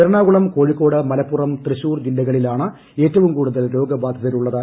എറണാകുളം കോഴിക്കോട് മലപ്പുറം തൃശൂർ ജില്ലകളിലാണ് ഏറ്റവും കൂടുതൽ രോഗബാധിതരുള്ളത്